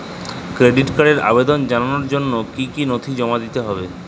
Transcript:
Credit কার্ডের আবেদন জানানোর জন্য কী কী নথি জমা দিতে হবে?